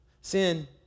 Sin